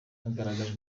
hagaragajwe